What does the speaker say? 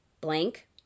blank